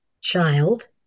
child